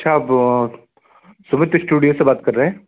अच्छा सुमित इस्टूडियो से बात कर रहे हैं